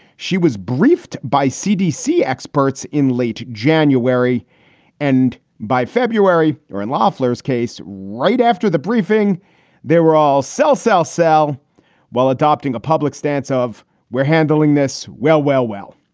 she was briefed by cdc experts in late january and by february or in lawler's case, right after the briefing they were all sell, sell, sell while adopting a public stance of we're handling this well, well, well.